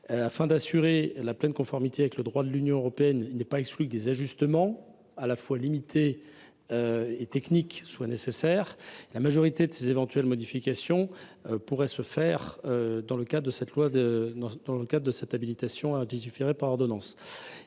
Afin d’assurer la pleine conformité de notre droit avec celui de l’Union européenne, il n’est pas exclu que des ajustements, à la fois limités et techniques, soient nécessaires. La majorité de ces éventuelles modifications pourrait se faire dans le cadre de cette habilitation. Par ailleurs, cette demande